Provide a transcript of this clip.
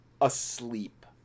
asleep